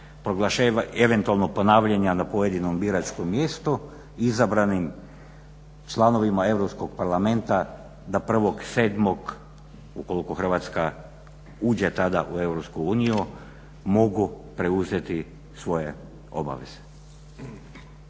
eventualno ponavljanja na pojedinom biračkom mjestu. Izabranim članovima Europskog parlamenta da 1.7. ukoliko Hrvatska uđe tada u EU mogu preuzeti svoje obaveze.